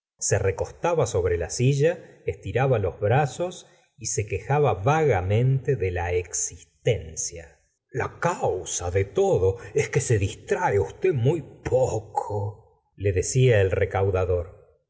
se recostaba sobre la silla estiraba los brazos y se quejaba vagamente de la existencia la causa de todo es que se distrae usted muy pocole decía el recaudador